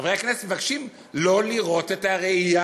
חברי הכנסת מבקשים לא לראות את הראייה,